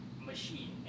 machine